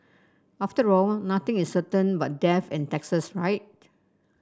after all nothing is certain but death and taxes right